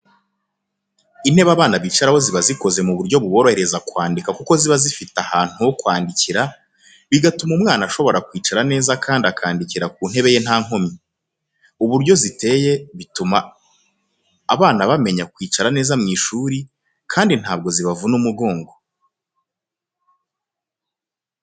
Intebe abana bicaraho ziba zikoze mu buryo buborohereza kwandika kuko ziba zifite ahantu ho kwandikira, bigatuma umwana ashobora kwicara neza kandi akandikira ku ntebe ye nta nkomyi. Uburyo ziteye bituma abana bamenya kwicara neza mu ishuri, kandi ntabwo zibavuna umugongo.